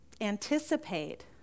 anticipate